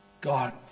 God